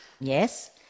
Yes